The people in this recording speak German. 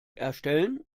erstellen